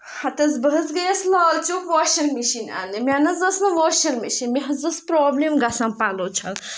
ہَتہٕ حظ بہٕ حظ گٔیَس لال چوک واشِنٛگ مِشیٖن اَننہِ مےٚ نہ حظ ٲس نہٕ واشنٛگ مِشیٖن مےٚ حظ ٲس پرٛابلِم گژھان پَلو چھَل